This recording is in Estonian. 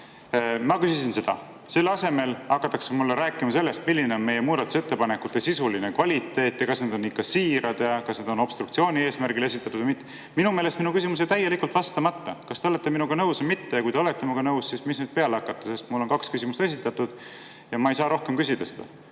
Ma küsisin seda. Selle asemel hakati mulle rääkima sellest, milline on meie muudatusettepanekute sisuline kvaliteet, kas need on ikka siirad ja kas need on esitatud obstruktsiooni eesmärgil või mitte. Minu meelest jäi minu küsimus täielikult vastamata. Kas te olete minuga nõus või mitte? Kui te olete minuga nõus, siis mis nüüd peale hakata? Mul on kaks küsimust esitatud ja ma ei saa seda rohkem küsida.